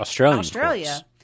Australia